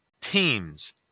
teams